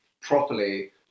properly